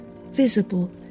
Visible